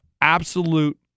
absolute